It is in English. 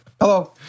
hello